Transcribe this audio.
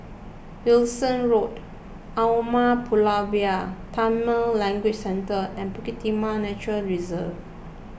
Wilkinson Road Umar Pulavar Tamil Language Centre and Bukit Timah Nature Reserve